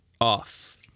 off